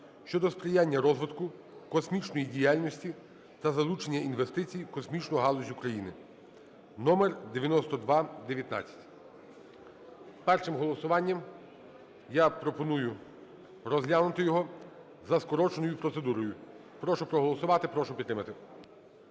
щодо сприяння розвитку космічної діяльності та залучення інвестицій в космічну галузь України (№ 9219). Першим голосуванням я пропоную розглянути його за скороченою процедурою. Прошу проголосувати, прошу підтримати.